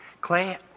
clay